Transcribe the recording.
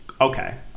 Okay